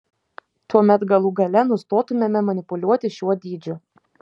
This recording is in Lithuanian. tuomet galų gale nustotumėme manipuliuoti šiuo dydžiu